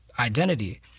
identity